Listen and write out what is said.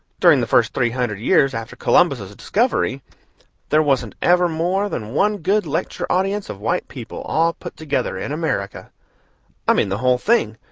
during the first three hundred years after columbus's discovery there wasn't ever more than one good lecture audience of white people, all put together, in america i mean the whole thing,